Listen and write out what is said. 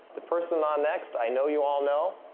the person on next i know you all know,